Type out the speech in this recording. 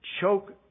choke